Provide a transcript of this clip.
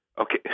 Okay